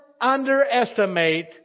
underestimate